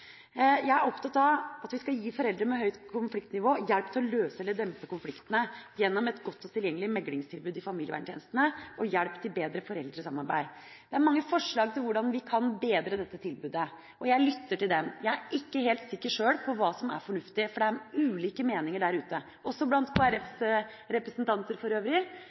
Jeg er opptatt av at vi skal gi foreldre med høyt konfliktnivå hjelp til å løse eller dempe konfliktene gjennom et godt og tilgjengelig meklingstilbud i familieverntjenestene og hjelp til bedre foreldresamarbeid. Det er mange forslag til hvordan vi kan bedre dette tilbudet, og jeg lytter til dem. Jeg er ikke helt sikker sjøl på hva som er fornuftig, for det er ulike meninger der ute, også blant Kristelig Folkepartis tillitsvalgte for øvrig.